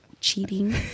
cheating